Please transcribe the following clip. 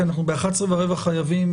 כי אנחנו ב-11:15 חייבים,